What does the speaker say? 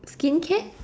skincare